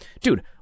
Dude